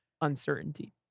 uncertainty